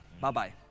Bye-bye